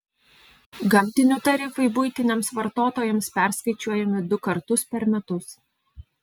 gamtinių tarifai buitiniams vartotojams perskaičiuojami du kartus per metus